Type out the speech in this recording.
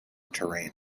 terrain